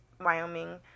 Wyoming